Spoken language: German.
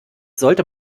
sollte